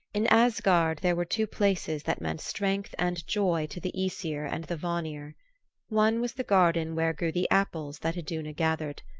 in asgard there were two places that meant strength and joy to the aesir and the vanir one was the garden where grew the apples that iduna gathered,